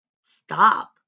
stop